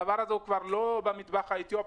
הדבר הזה הוא במטבח האתיופי,